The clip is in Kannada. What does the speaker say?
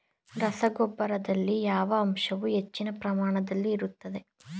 ರಸಗೊಬ್ಬರದಲ್ಲಿ ಯಾವ ಅಂಶವು ಹೆಚ್ಚಿನ ಪ್ರಮಾಣದಲ್ಲಿ ಇರುತ್ತದೆ?